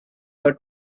but